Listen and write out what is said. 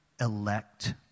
elect